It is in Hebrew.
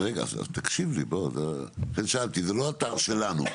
רגע, תקשיב לי, זה לא אתר שלנו.